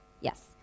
Yes